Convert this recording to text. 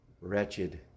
wretched